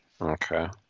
Okay